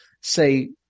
say